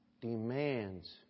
demands